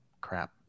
crap